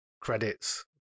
credits